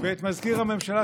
ואת מזכיר הממשלה,